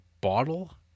bottle